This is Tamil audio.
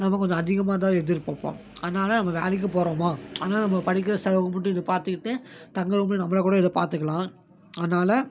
நம்ம கொஞ்சம் அதிகமாக தான் எதிர்பாப்போம் அதனால் நம்ம வேலைக்கு போகிறோமா அங்கே நம்ம படிக்கிற செலவு மட்டும் இது பார்த்துக்கிட்டு தங்குகிறவங்களும் நம்மளா கூட இதை பார்த்துக்கலாம் அதனால்